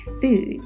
food